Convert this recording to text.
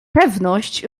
pewność